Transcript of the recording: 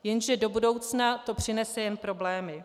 Jenže do budoucna to přinese jen problémy.